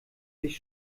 sich